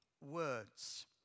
words